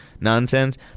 nonsense